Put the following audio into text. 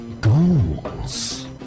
Goals